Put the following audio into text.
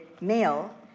male